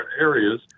areas